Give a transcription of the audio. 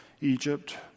Egypt